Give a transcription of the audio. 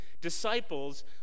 disciples